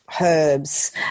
herbs